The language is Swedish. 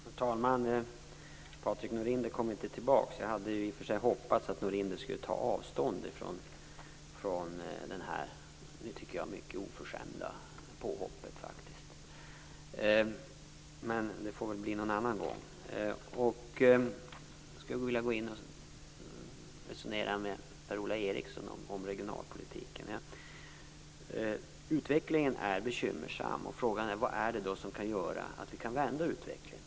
Herr talman! Patrik Norinder återkom inte. Jag hade hoppats att Norinder skulle ta avstånd från det i mitt tycke mycket oförskämda påhoppet, men det får väl bli någon annan gång. Jag skulle vilja resonera med Per-Ola Eriksson om regionalpolitiken. Utvecklingen är bekymmersam. Frågan är hur vi kan vända utvecklingen.